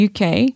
UK